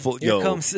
Yo